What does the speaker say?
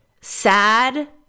sad